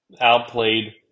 outplayed